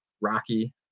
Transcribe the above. Rocky